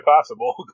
possible